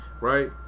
Right